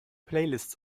playlists